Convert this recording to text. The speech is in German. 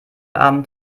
abend